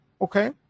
Okay